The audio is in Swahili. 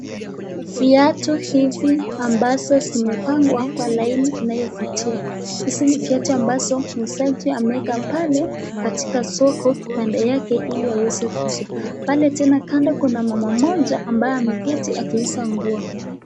Viatu hizi ambazo zimepangwa kwa laini inayofutia, hizi viatu ambazo muuzaji ameweka pale katika soko pande yake hili aweze kuuza, pale tena kando kuna mama moja ambaye ameketi akiuza nguo.